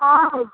हँ